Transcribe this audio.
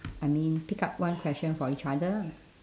I mean pick up one question for each other